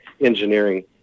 engineering